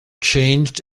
changed